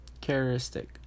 characteristic